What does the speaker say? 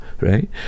right